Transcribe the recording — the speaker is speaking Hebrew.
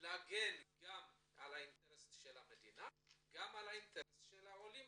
כדי להגן גם על אינטרסים של המדינה וגם על אינטרסים של האזרחים.